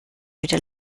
wieder